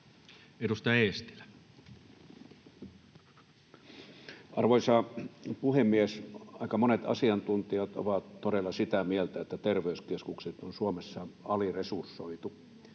Content: Arvoisa puhemies! Aika monet asiantuntijat ovat todella sitä mieltä, että terveyskeskukset on Suomessa aliresursoitu.